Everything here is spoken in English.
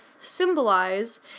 symbolize